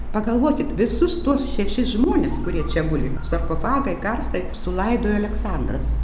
pagalvokit visus tuos šešis žmones kurie čia guli sarkofagai karstai sulaidojo aleksandras